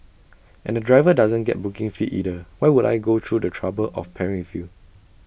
and the driver doesn't get booking fee either why would I go through the trouble of pairing with you